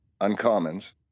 uncommons